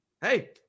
Hey